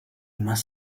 must